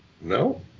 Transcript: No